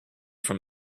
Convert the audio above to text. from